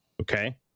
Okay